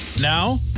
Now